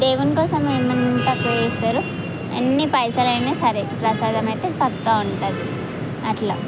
దేవుని కోసం ఏం తక్కువ చేస్తారు ఎన్ని పైసలు అయినా సరే ప్రసాదం అయితే పక్కా ఉంటుంది అట్లా